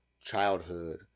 childhood